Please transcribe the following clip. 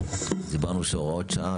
דיברנו שהוראות שעה,